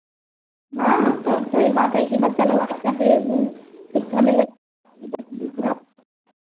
हाँ हाँ तब सही बात है की बच्चा लोग का अच्छा चाहिए गुण शिक्षा मिले आगे बढ़ते रहे पूरा